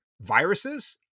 viruses